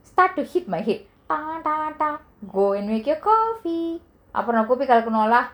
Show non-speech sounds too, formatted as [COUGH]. start to hit my head [NOISE] go and go get coffee